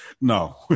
no